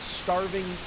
starving